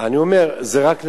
אני אומר, זה רק הערה.